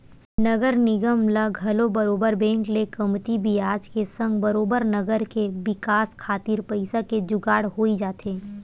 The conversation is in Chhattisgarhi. नगर निगम ल घलो बरोबर बेंक ले कमती बियाज के संग बरोबर नगर के बिकास खातिर पइसा के जुगाड़ होई जाथे